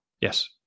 Yes